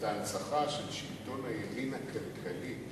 את ההנצחה של שלטון הימין הכלכלי